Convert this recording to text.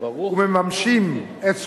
וממשים את זכויותיהם?